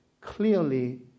clearly